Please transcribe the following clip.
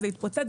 זה התפוצץ,